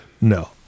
no